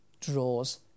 draws